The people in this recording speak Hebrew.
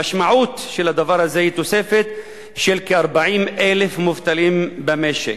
המשמעות של הדבר הזה היא תוספת של כ-40,000 מובטלים במשק.